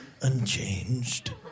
unchanged